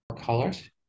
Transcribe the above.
colors